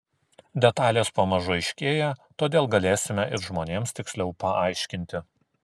detalės pamažu aiškėja todėl galėsime ir žmonėms tiksliau paaiškinti